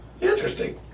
Interesting